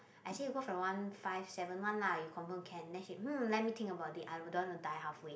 I say go for the one five seven one lah you confirm can then she mm let me think about I wouldn't want to die halfway